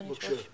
אדוני היושב ראש,